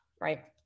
right